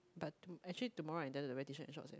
but actually tomorrow I intend to wear T-shirt and shorts ah